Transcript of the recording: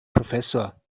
professor